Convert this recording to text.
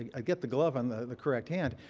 ah i'd get the glove on the the correct hand.